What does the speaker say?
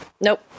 Nope